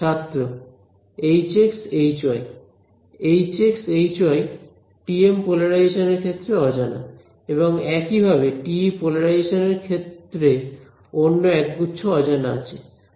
ছাত্র Hx Hy Hx Hy TM polarisation এর ক্ষেত্রে অজানা এবং একই ভাবে TE পোলারাইজেশন এর ক্ষেত্রে অন্য এক গুচ্ছ অজানা আছে